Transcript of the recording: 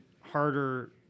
harder